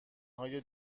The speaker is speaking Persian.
های